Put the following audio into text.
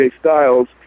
Styles